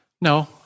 no